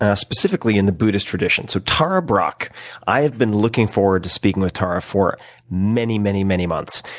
ah specifically, in the buddhist tradition. so tara brach i have been looking forward to speaking with tara for many, many, many months.